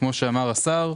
וכמו שאמר השר,